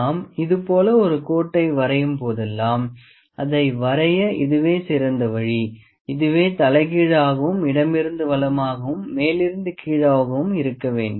நாம் இது போல ஒரு கோட்டை வரையும் போதெல்லாம் அதை வரைய இதுவே சிறந்த வழி இதுவே தலைகீழாகவும் இடமிருந்து வலமாகவும் மேலிருந்து கீழாகவும் இருக்க வேண்டும்